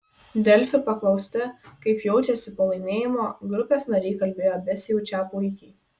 delfi paklausti kaip jaučiasi po laimėjimo grupės nariai kalbėjo besijaučią puikiai